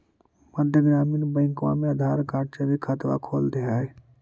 मध्य ग्रामीण बैंकवा मे आधार कार्ड से भी खतवा खोल दे है?